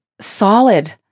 solid